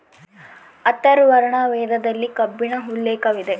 ಅಥರ್ವರ್ಣ ವೇದದಲ್ಲಿ ಕಬ್ಬಿಣ ಉಲ್ಲೇಖವಿದೆ